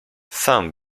sam